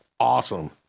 Awesome